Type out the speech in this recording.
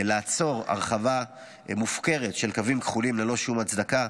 לעצור הרחבה מופקרת של קווים כחולים ללא שום הצדקה,